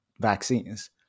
vaccines